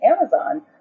Amazon